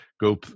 go